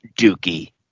Dookie